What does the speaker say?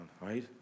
right